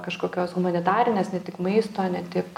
kažkokios humanitarinės ne tik maisto ne tik